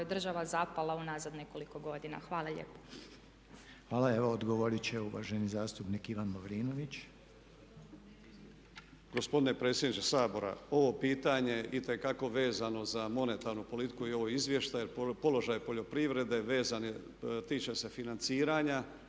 država zapala u nazad nekoliko godina. Hvala lijepo. **Reiner, Željko (HDZ)** Hvala. Odgovoriti će uvaženi zastupnik Ivan Lovrinović. **Lovrinović, Ivan (MOST)** Gospodine predsjedniče Sabora ovo pitanje je itekako vezano za monetarnu politiku i ovaj izvještaj jer položaj poljoprivrede vezan je, tiče se financiranja